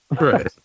Right